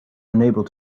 unable